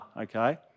Okay